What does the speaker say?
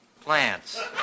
plants